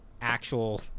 actual